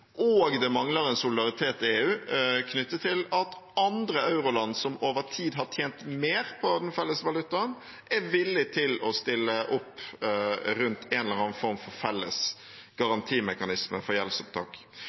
og det mangler en solidaritet i EU knyttet til om andre euroland som over tid har tjent mer på den felles valutaen, er villige til å stille opp rundt en eller annen form for felles garantimekanisme for gjeldsopptak.